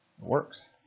works